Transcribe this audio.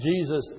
Jesus